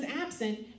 absent